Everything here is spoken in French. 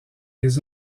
les